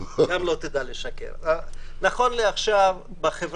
גם אתה לא תדע לשקר בנושא זה.